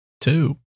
Two